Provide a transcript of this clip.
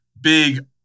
big